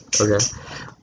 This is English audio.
okay